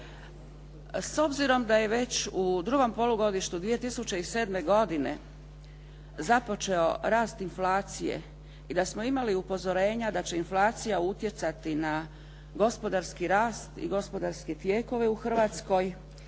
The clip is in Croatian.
S obzirom da je već u drugom polugodištu 2007. godine započeo rast inflacije i da smo imali upozorenja da će inflacija utjecati na gospodarski rast i gospodarski tijekove u Hrvatskoj,